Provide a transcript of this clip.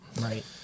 right